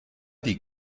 die